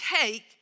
take